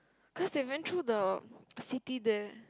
cause they went through the city there